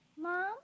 Mom